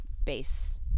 base